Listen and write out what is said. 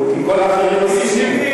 כי כל האחרים מסכימים.